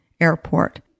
airport